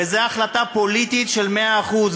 וזאת החלטה פוליטית של מאה אחוז,